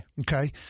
Okay